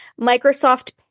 Microsoft